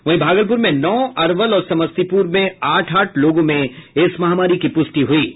वहीं भागलपुर में नौ अरवल और समस्तीपुर में आठ आठ लोगों में इस महामारी की पुष्टि हुई है